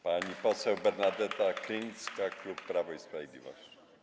Pani poseł Bernadeta Krynicka, klub Prawo i Sprawiedliwość.